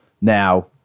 Now